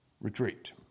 retreat